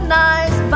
nice